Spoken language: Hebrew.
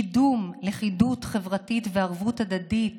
קידום לכידות חברתית וערבות הדדית